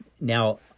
Now